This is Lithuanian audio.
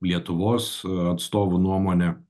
lietuvos atstovų nuomone